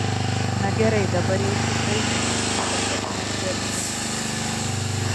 na gerai dabar jau tikrai niekas įtampos nebenuims ar ne